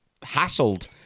hassled